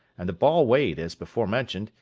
and the ball weighed, as before mentioned,